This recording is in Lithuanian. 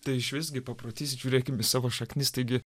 tai išvis gi paprotys žiūrėkim į savo šaknis taigi